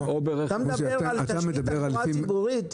אתה מדבר על תשתית תחבורה ציבורית?